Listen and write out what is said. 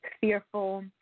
fearful